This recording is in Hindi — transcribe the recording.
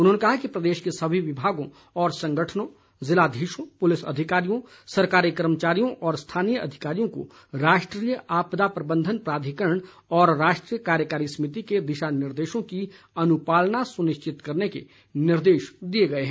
उन्होंने कहा कि प्रदेश को सभी विभागों व संगठनों जिलाधीशों पुलिस अधिकारियों सरकारी कर्मचारियों और स्थानीय अधिकारियों को राष्ट्रीय आपदा प्रबंधन प्राधिकरण और राष्ट्रीय कार्यकारी समिति के दिशानिर्देशों की अनुपालना सुनिश्चित करने के निर्देश दिए गए हैं